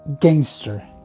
gangster